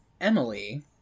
Emily